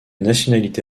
nationalité